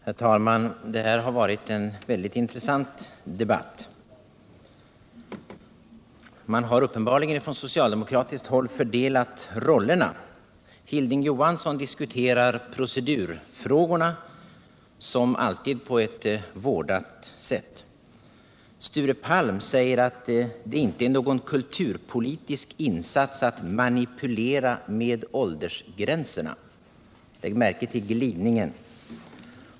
Herr talman! Detta har varit en mycket intressant debatt. Man har uppenbarligen på socialdemokratiskt håll fördelat rollerna. Hilding Johansson diskuterar procedurfrågorna, som alltid på ett vårdat sätt, Sture Palm säger att det inte är någon kulturpolitisk insats att manipulera med åldersgränserna — lägg märke till ordvalet!